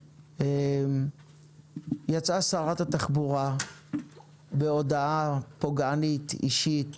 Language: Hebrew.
יצאה שרת התחבורה בהודעה פוגענית אישית,